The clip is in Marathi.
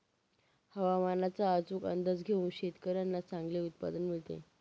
हवामानाचा अचूक अंदाज घेऊन शेतकाऱ्यांना चांगले उत्पादन मिळते